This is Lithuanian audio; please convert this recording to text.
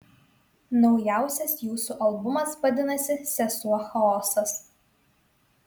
naujausias jūsų albumas vadinasi sesuo chaosas